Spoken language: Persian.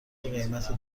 قیمت